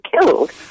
killed